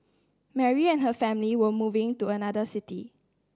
Mary and her family were moving to another city